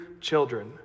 children